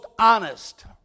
honest